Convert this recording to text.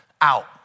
out